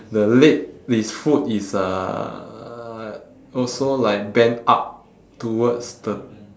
the leg his foot is uhh also like bent up towards the